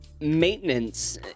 maintenance